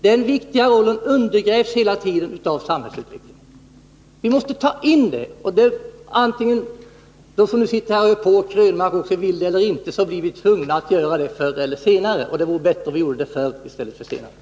Den viktiga rollen undergrävs hela tiden av samhällsutvecklingen. Vare sig ni som sitter här — herr Krönmark och andra —- vill det eller inte, så blir vi tvungna att göra det förr eller senare. Det vore bättre att göra det förr än att göra det senare.